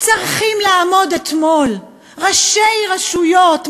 צריכים לעמוד אתמול ראשי רשויות מהנגב,